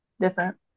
Different